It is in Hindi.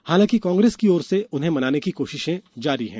हालांकि कांग्रेस की ओर से उन्हें मनाने की कोशिर्शे जारी हैं